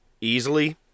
easily